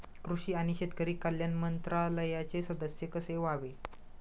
कृषी आणि शेतकरी कल्याण मंत्रालयाचे सदस्य कसे व्हावे?